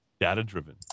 Data-driven